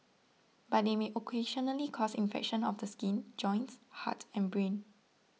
but they may occasionally cause infections of the skin joints heart and brain